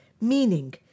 Meaning